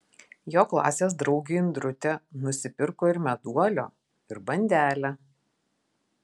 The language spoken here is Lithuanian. jo klasės draugė indrutė nusipirko ir meduolio ir bandelę